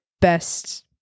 best